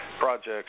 projects